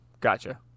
Gotcha